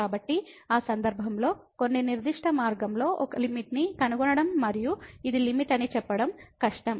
కాబట్టి ఆ సందర్భంలో కొన్ని నిర్దిష్ట మార్గంలో ఒక లిమిట్ ని కనుగొనడం మరియు ఇది లిమిట్ అని చెప్పడం కష్టం